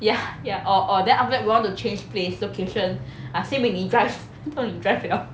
ya ya or or then after that we want to change place location ah 随便你 drive 到你 drive liao